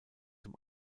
zum